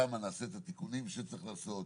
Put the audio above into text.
שם נעשה את התיקונים שצריך לעשות,